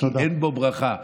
כי אין בו ברכה.